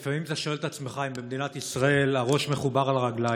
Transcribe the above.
לפעמים אתה שואל את עצמך אם במדינת ישראל הראש מחובר לרגליים.